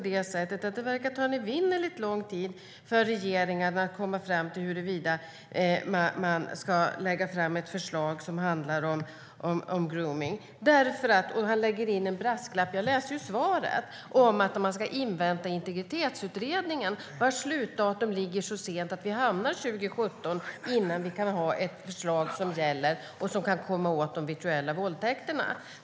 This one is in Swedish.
Det verkar ta en evinnerligt lång tid för regeringen att komma fram till huruvida man ska lägga fram ett förslag som handlar om gromning. Justitieministern lägger in en brasklapp i svaret. Man ska invänta Integritetsutredningen, vars slutdatum ligger så sent att vi först 2017 kan ha ett förslag som gäller och som kan komma åt de virtuella våldtäkterna.